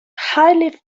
highly